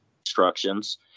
instructions